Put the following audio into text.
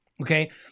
okay